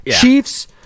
Chiefs